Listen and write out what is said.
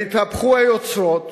התהפכו היוצרות